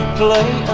play